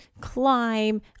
climb